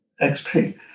XP